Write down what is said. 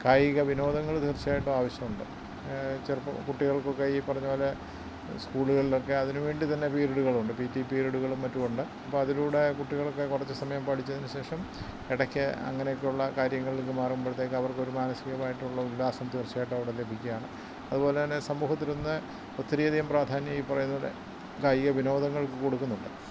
കായിക വിനോദങ്ങൾ തീർച്ചയായിട്ടും ആവശ്യമുണ്ട് ചിലപ്പോൾ കുട്ടികൾക്കൊക്കെ ഈ പറഞ്ഞതു പോലെ സ്കൂളുകളിലൊക്കെ അതിനുവേണ്ടി തന്നെ പിരീഡുകൾ ഉണ്ട് പീ റ്റി പീരിഡുകളും മറ്റും ഉണ്ട് അപ്പോൾ അതിലൂടെ കുട്ടികൾക്ക് കുറച്ചു സമയം പഠിച്ചതിനു ശേഷം ഇടക്ക് അങ്ങനെയൊക്കെ ഉള്ള കാര്യങ്ങളിലേക്കു മാറുമ്പോഴത്തേക്ക് അവർക്ക് ഒരു മാനസികമായിട്ടുള്ള ഉല്ലാസം തീർച്ചയായിട്ടും അവിടെ ലഭിക്കുകയാണ് അതുപോലെതന്നെ സമൂഹത്തിൽ ഇന്ന് ഒത്തിരി അധികം പ്രാധാന്യം ഈ പറയുന്നതു പോലെ കായിക വിനോദങ്ങൾക്ക് കൊടുക്കുന്നുണ്ട്